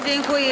Dziękuję.